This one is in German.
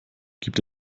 gibt